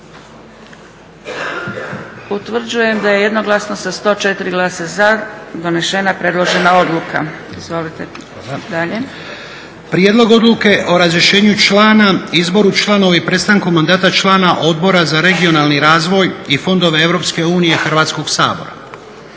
Utvrđujem da je jednoglasno sa 104 glasa za donesena predložena odluka. Izvolite dalje. **Lučin, Šime (SDP)** Prijedlog Odluke o razrješenju člana, izboru članova i prestanku mandata člana Odbora za regionalni razvoj i fondove EU Hrvatskog sabora.